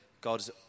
god's